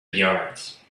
yards